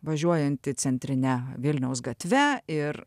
važiuojantį centrine vilniaus gatve ir